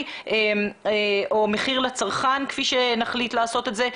או מחיר לצרכן כפי שנחליט לעשות את זה,